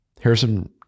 Harrison